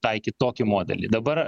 taikyt tokį modelį dabar